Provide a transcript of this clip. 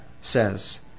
says